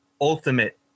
ultimate